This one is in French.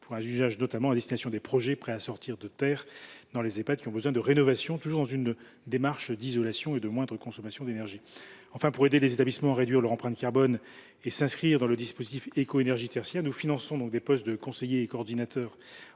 supplémentaires à destination des projets prêts à sortir de terre dans les Ehpad qui ont besoin de rénovation, dans une démarche d’isolation et de moindre consommation d’énergie. Enfin, pour aider les établissements à réduire leur empreinte carbone et à s’inscrire dans le dispositif Éco énergie tertiaire, nous finançons des postes de conseiller en transition